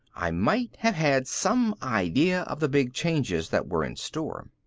i might have had some idea of the big changes that were in store.